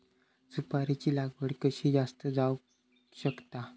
सुपारीची लागवड कशी जास्त जावक शकता?